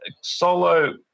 solo